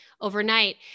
overnight